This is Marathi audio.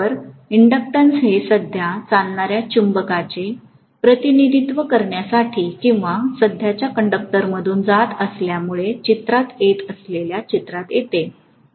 तर इंडक्टन्स हे सध्या चालणाऱ्या चुंबकाचे प्रतिनिधित्व करण्यासाठी किंवा सध्याच्या कंडक्टरमधून जात असल्यामुळे चित्रात येत असलेल्या चित्रात येते